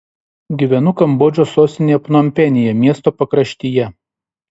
gyvenu kambodžos sostinėje pnompenyje miesto pakraštyje